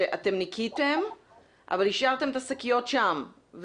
שניקיתם אבל השארתם את השקיות שם.